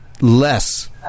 less